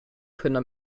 können